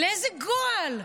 לאיזה גועל?